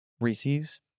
Reese's